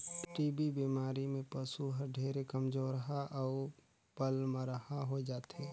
TB बेमारी में पसु हर ढेरे कमजोरहा अउ पलमरहा होय जाथे